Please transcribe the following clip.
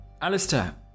Alistair